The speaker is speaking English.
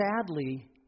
sadly